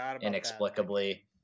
inexplicably